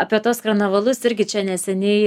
apie tuos karnavalus irgi čia neseniai